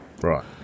Right